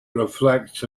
reflects